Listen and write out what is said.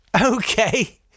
Okay